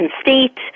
state